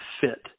fit